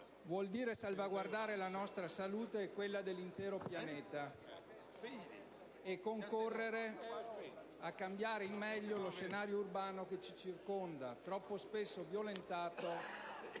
vuol dire salvaguardare la nostra salute e quella dell'intero pianeta e concorrere a cambiare in meglio lo scenario urbano che ci circonda, troppo spesso violentato